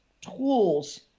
tools